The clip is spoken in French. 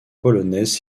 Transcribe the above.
polonaises